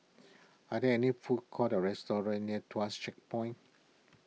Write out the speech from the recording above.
are there any food courts or restaurants near Tuas Checkpoint